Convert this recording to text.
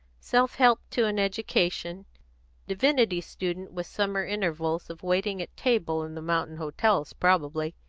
self-helped to an education divinity student with summer intervals of waiting at table in the mountain hotels probably.